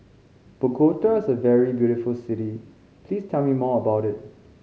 Bogota is a very beautiful city please tell me more about it